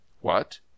What